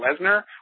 Lesnar